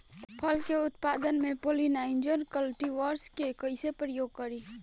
फल के उत्पादन मे पॉलिनाइजर कल्टीवर्स के कइसे प्रयोग करी?